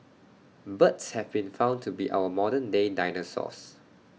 birds have been found to be our modern day dinosaurs